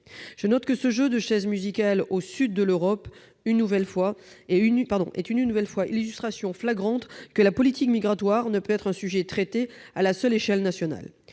Je note que ce jeu de chaises musicales au sud de l'Europe est une nouvelle illustration flagrante du fait que le sujet de la politique migratoire ne peut être traité à la seule échelle nationale.